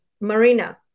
Marina